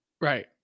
Right